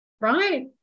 right